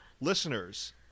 Listeners